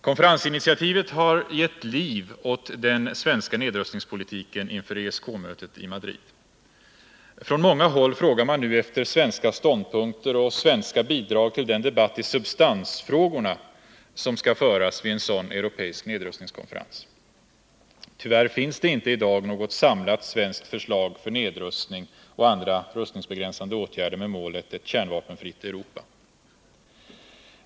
Konferensinitiativet har gett liv åt den svenska nedrustningspolitiken inför ESK-mötet i Madrid. Från många håll frågar man nu efter svenska ståndpunkter och svenska bidrag till den debatt i substansfrågorna som skall föras vid en sådan europeisk nedrustningskonferens. Tyvärr finns det i dag inte något samlat svenskt förslag till nedrustning och andra rustningsbegränsande åtgärder med målet ett kärnvapenfritt Europa.